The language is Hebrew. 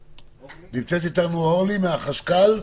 דיווח --- נמצאת איתנו אורלי מהחשכ"ל?